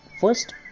First